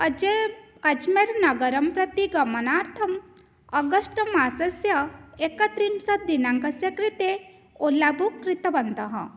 अजे अज्मर् नगरं प्रति गमनार्थम् अगश्ट्मासस्य एकत्रिंशत् दिनाङ्कस्य कृते ओला बुक् कृतवन्तः